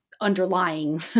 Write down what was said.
underlying